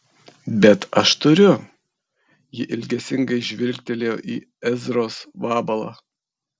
bet aš turiu ji ilgesingai žvilgtelėjo į ezros vabalą